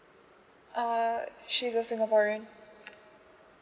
uh she's a singaporean